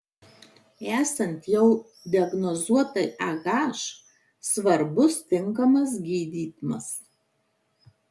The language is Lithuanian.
esant jau diagnozuotai ah svarbus tinkamas gydymas